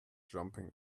jumping